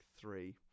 three